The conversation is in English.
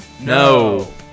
No